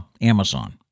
Amazon